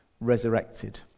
resurrected